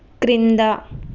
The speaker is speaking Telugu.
క్రింద